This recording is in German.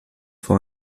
vor